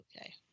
Okay